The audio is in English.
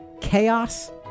Chaos